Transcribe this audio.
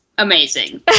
Amazing